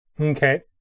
okay